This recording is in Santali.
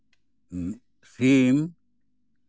ᱦᱮᱸ ᱥᱤᱢ